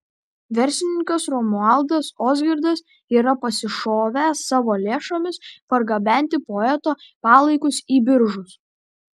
verslininkas romualdas ozgirdas yra pasišovęs savo lėšomis pargabenti poeto palaikus į biržus